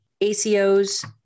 ACOs